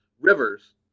rivers